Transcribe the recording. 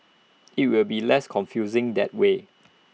IT will be less confusing that way